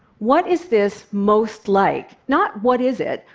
what is this most like? not what is it?